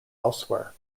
elsewhere